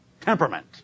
temperament